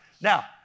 Now